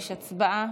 56. הצבעה.